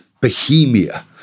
Bohemia